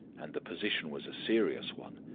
and the position was a serious one.